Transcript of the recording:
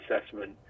assessment